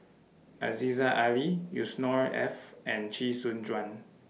Aziza Ali Yusnor Ef and Chee Soon Juan